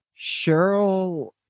Cheryl